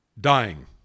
dying